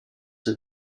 ses